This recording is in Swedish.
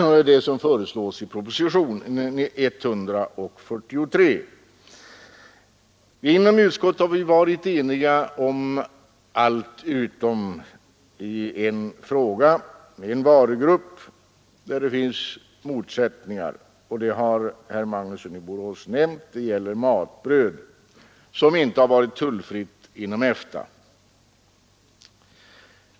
Det är vad som föreslås i propositionen 143. Inom utskottet har vi varit eniga om allt utom en varugrupp. Herr Magnusson i Borås har nämnt att motsättningarna gäller matbröd, som inte har varit tullfritt inom EFTA.